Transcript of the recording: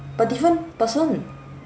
but different person